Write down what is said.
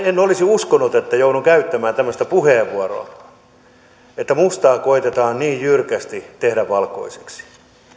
en olisi uskonut että joudun käyttämään tämmöistä puheenvuoroa ja että mustaa koetetaan niin jyrkästi tehdä valkoiseksi